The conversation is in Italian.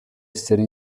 essere